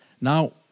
Now